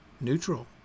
neutral